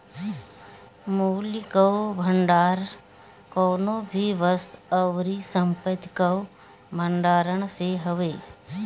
मूल्य कअ भंडार कवनो भी वस्तु अउरी संपत्ति कअ भण्डारण से हवे